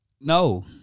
No